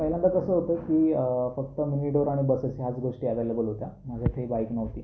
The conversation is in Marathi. पहिल्यांदा कसं होतं की फक्त मिनीडोर आणि बसेस याच गोष्टी अवैलेबल होत्या माझ्याकडे बाईक नव्हती